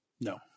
No